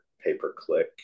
pay-per-click